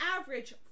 average